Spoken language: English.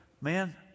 man